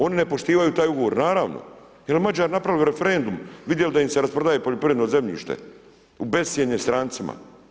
Oni ne poštivaju taj ugovor, naravno, jer Mađari napravili referendum, vidjeli da im se rasprodaje poljoprivredno zemljište u bescjene strancima.